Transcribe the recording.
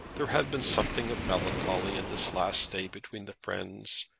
there had been something of melancholy in this last day between the friends,